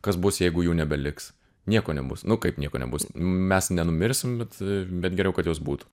kas bus jeigu jų nebeliks nieko nebus nu kaip nieko nebus mes nenumirsim bet bet geriau kad jos būtų